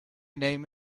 name